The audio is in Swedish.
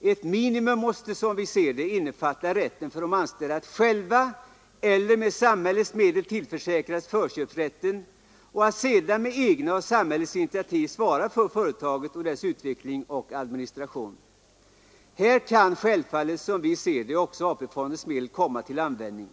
Ett minimum måste, som vi ser det, innefatta rätten för de anställda att själva eller med samhällets medel tillförsäkras förköpsrätten och att sedan med egna och samhällets initiativ svara för företaget, dess utveckling och administration. Här kan självfallet, som vi ser det, också AP-fondens medel komma till användning.